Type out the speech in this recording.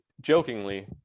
jokingly